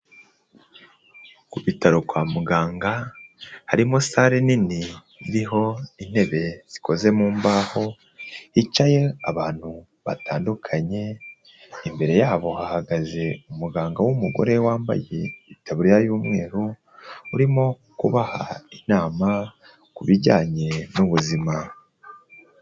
Ku bitaro kwa muganga harimo sale nini iriho intebe zikoze mu mbaho, hicaye abantu batandukanye imbere yabo hahagaze umuganga w'umugore wambaye itaburiya y'umweru urimo kubaha inama kubijyanye n'ubuzima.